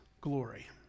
glory